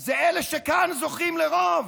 הם אלה שכאן זוכים לרוב.